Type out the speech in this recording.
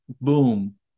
boom